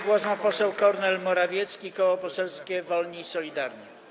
Głos ma poseł Kornel Morawiecki, Koło Poselskie Wolni i Solidarni.